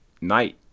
night